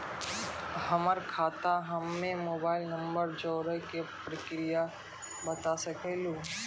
हमर खाता हम्मे मोबाइल नंबर जोड़े के प्रक्रिया बता सकें लू?